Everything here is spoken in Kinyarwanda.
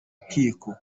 nkiko